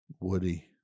Woody